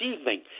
evening